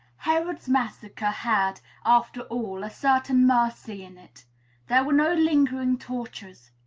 herod's massacre had, after all, a certain mercy in it there were no lingering tortures.